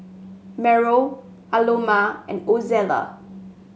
Mariel Aloma and Ozella